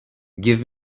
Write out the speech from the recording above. give